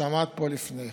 שעמד פה לפני כן.